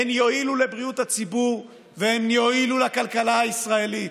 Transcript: הן יועילו לבריאות הציבור והן יועילו לכלכלה הישראלית.